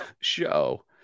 show